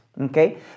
Okay